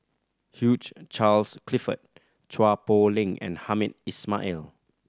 Hugh Charles Clifford Chua Poh Leng and Hamed Ismail